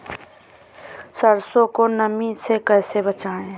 सरसो को नमी से कैसे बचाएं?